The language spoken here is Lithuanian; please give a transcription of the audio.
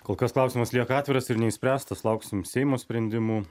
kol kas klausimas lieka atviras ir neišspręstas lauksim seimo sprendimų